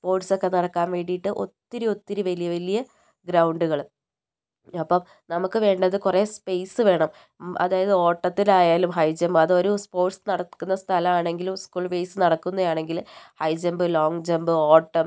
sports ഒക്കെ നടക്കാൻ വേണ്ടീട്ട് ഒത്തിരി ഒത്തിരി വലിയ വലിയ ഗ്രൗണ്ടുകൾ അപ്പം നമുക്ക് വേണ്ടത് കുറെ സ്പേസ് വേണം അതായത് ഓട്ടത്തിലായാലും ഹൈ ജമ്പ് അതൊരു സ്പോർട്സ് നടക്കുന്ന സ്ഥലമാണെങ്കിലും സ്കൂൾ ബെയ്സ് നടക്കുന്ന ആണെങ്കിൽ ഹൈ ജമ്പ് ലോങ്ങ് ജമ്പ് ഓട്ടം